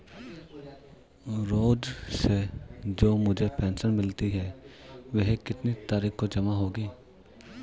रोज़ से जो मुझे पेंशन मिलती है वह कितनी तारीख को जमा होगी?